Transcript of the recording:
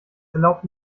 erlaubt